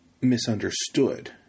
misunderstood